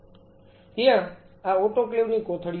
ત્યાં આ ઓટોક્લેવ ની કોથળીઓ હશે